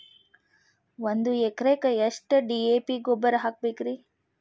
ಒಂದು ಎಕರೆಕ್ಕ ಎಷ್ಟ ಡಿ.ಎ.ಪಿ ಗೊಬ್ಬರ ಹಾಕಬೇಕ್ರಿ?